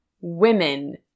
Women